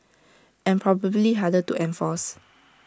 and probably harder to enforce